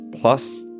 plus